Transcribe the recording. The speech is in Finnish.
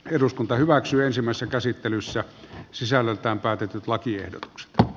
eduskunta hyväksyy ensimmäisessä käsittelyssä sisällöltään päätetyt lakiehdotukset o